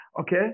okay